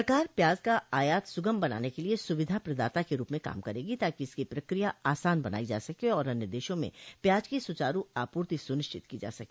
सरकार प्याज का आयात सुगम बनाने के लिए सुविधा प्रदाता के रूप में काम करेगी ताकि इसकी प्रक्रिया आसान बनाई जा सके और अन्य देशों से प्याज की सुचारू आपूर्ति सुनिश्चित की जा सके